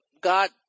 God